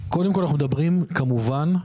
קודם כל, אנחנו מדברים, כמובן,